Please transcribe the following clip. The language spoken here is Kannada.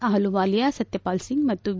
ಅಹ್ಲುವಾಲಿಯಾ ಸತ್ಯಪಾಲ್ ಸಿಂಗ್ ಮತ್ತು ವಿ